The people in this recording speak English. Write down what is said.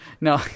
No